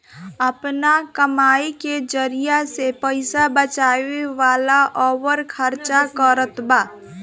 आपन कमाई के जरिआ से पईसा बचावेला अउर खर्चा करतबा